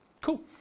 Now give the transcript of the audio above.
Cool